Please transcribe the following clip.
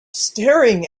staring